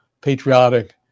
patriotic